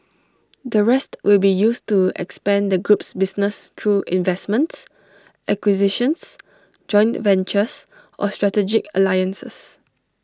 the rest will be used to expand the group's business through investments acquisitions joint ventures or strategic alliances